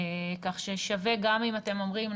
כך ששווה גם אם אתם אומרים,